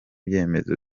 ibyemezo